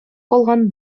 калган